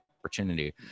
opportunity